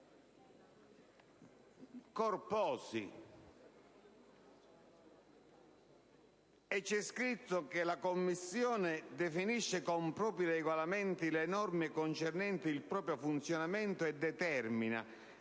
scritto che la Commissione definisce con propri regolamenti le norme concernenti il proprio funzionamento e determina